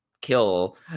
kill